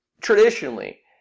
traditionally